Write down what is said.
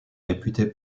réputée